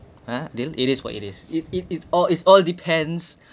adil it is what it is it it it's all it's all depends